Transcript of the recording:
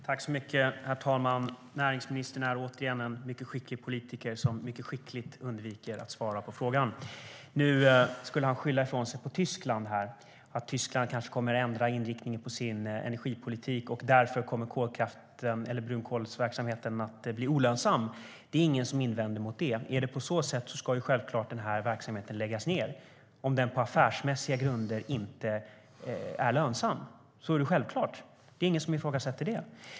Herr talman! Näringsministern är återigen en skicklig politiker som mycket skickligt undviker att svara på frågan. Nu skyllde han ifrån sig på Tyskland och att man kanske kommer att ändra inriktningen på sin energipolitik så att brunkolsverksamheten blir olönsam. Det är ingen som invänder mot det. Om verksamheten inte är lönsam på affärsmässiga grunder ska den självfallet läggas ned. Det är självklart - ingen ifrågasätter det.